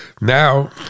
now